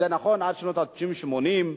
זה נכון שעד שנות ה-80 וה-90,